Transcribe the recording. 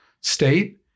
state